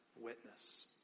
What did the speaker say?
witness